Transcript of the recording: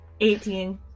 18